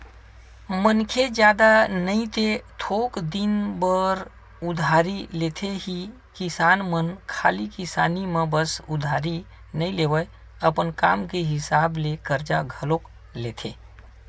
मनखे जादा नई ते थोक दिन बर उधारी लेथे ही किसान मन खाली किसानी म बस उधारी नइ लेवय, अपन काम के हिसाब ले करजा घलोक लेथे